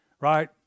right